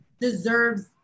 deserves